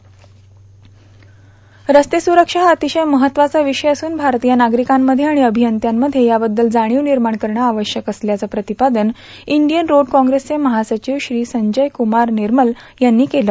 रस्ते सुरक्षा हा अतिशय महत्वाचा विषय असून भारतीय नागरिकांमध्ये आणि अभियंत्यांमध्ये याबद्दल जाणीव निर्माण करणं आवश्यक असल्याचं प्रतिपादन इंडियन रोड काँग्रेसचे महासचिव श्री संजयकुमार निर्मल यांनी केलं